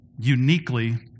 uniquely